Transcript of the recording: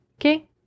Okay